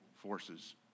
forces